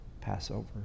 Passover